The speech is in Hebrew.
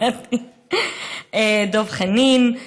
דב חנין,